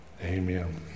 Amen